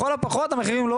לכל הפחות המחירים לא